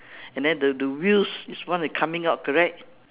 and then the the wheels is one the coming out correct